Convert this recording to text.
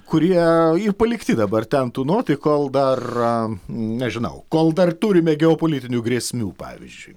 kurie palikti dabar ten tūnoti kol dar nežinau kol dar turime geopolitinių grėsmių pavyzdžiui